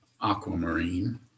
aquamarine